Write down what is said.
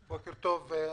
בוקר טוב,